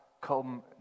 come